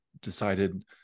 decided